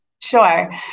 Sure